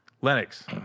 Lennox